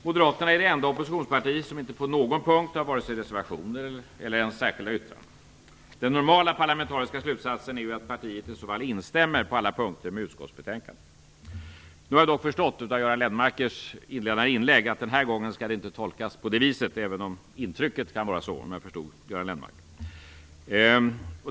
Moderaterna är det enda oppositionsparti som inte på någon punkt har vare sig reservationer eller ens särskilda yttranden. Den normala parlamentariska slutsatsen är ju att partiet i så fall instämmer på alla punkter med utskottsbetänkandet. Nu har jag dock förstått av Göran Lennmarkers inledande inlägg att det den här gången inte skall tolkas på det viset, även om intrycket kan vara så.